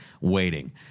waiting